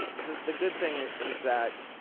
the the good thing is that